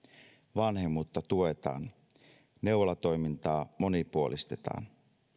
vanhemmuutta tuetaan neuvolatoimintaa monipuolistetaan